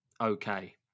okay